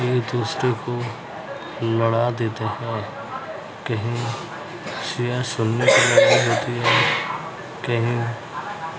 یہ دوسرے کو لڑا دیتے ہیں کہیں شیعہ سنی کے ہوتی ہے کہیں